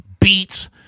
beats